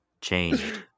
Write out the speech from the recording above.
changed